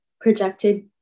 projected